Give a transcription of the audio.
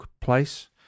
place